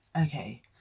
Okay